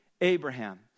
Abraham